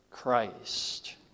Christ